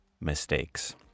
mistakes